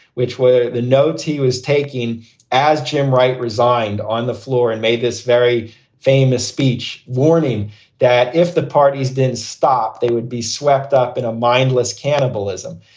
which were the notes he was taking as jim wright resigned on the floor and made this very famous speech, warning that if the parties didn't stop, they would be swept up in a mindless cannibalism.